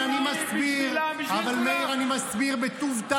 כל היום אתה שופך רעל.